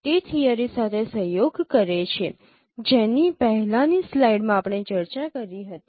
તે થિયરી સાથે સહયોગ કરે છે જેની પહેલાની સ્લાઇડમાં આપણે ચર્ચા કરી હતી